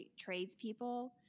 tradespeople